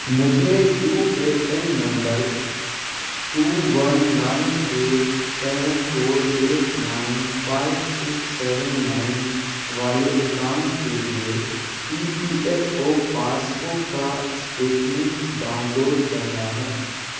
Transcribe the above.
مجھے U A N number two one nine eight seven four eight nine five six seven nine والے account کے لیے E P F O passbook کا statement download کرنا ہے